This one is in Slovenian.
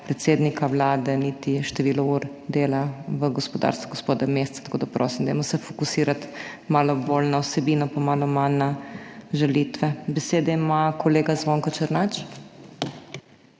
predsednika Vlade, niti število ur dela v gospodarstvu gospoda Mesca, tako da prosim, fokusirajmo se malo bolj na vsebino in malo manj na žalitve. Besedo ima kolega Zvonko Černač.